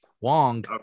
Wong